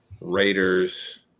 Raiders